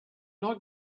not